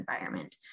environment